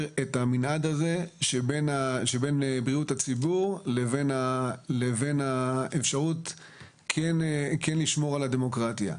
את המנעד הזה שבין בריאות הציבור לבין האפשרות כן לשמור על הדמוקרטיה.